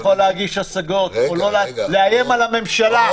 אז אפשר להשיג השגות או לאיים על הממשלה.